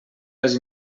les